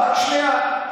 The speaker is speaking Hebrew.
רק שנייה.